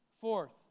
Fourth